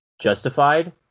justified